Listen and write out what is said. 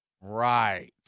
Right